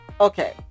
okay